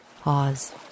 Pause